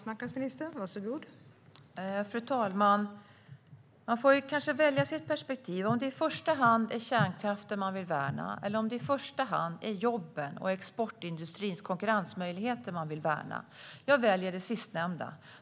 Fru talman! Man får kanske välja sitt perspektiv och om det i första hand är kärnkraften man vill värna eller om det är jobben och exportindustrins konkurrensmöjligheter man vill värna. Jag väljer det sistnämnda.